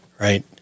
Right